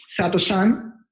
Sato-san